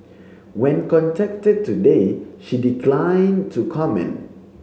when contacted today she declined to comment